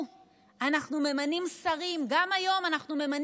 אנחנו ממנים שרים, גם היום אנחנו ממנים שרה.